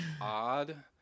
odd